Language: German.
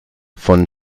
von